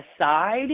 aside